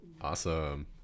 Awesome